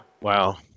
Wow